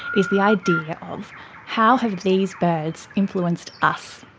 is the idea of how have these birds influenced us?